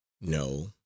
No